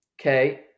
Okay